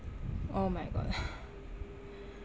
oh my god